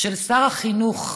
של שר החינוך,